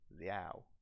Liao